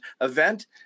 event